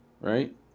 right